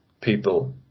people